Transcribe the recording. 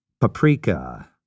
Paprika